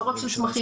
לא רק של צמחים,